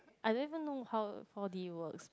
I don't even know how how four-D works